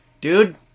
Dude